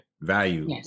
value